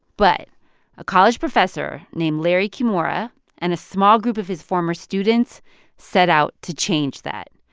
but a college professor named larry kimura and a small group of his former students set out to change that.